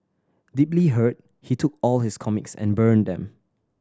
deeply hurt he took all his comics and burnt them